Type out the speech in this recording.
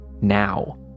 now